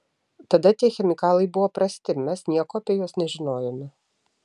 tada tie chemikalai buvo prasti mes nieko apie juos nežinojome